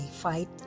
fight